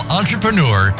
entrepreneur